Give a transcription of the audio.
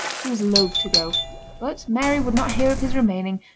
he was loth to go but mary would not hear of his remaining,